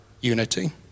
unity